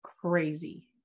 crazy